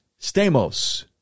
Stamos